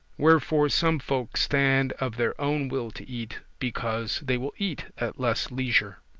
wherefore some folk stand of their own will to eat, because they will eat at less leisure.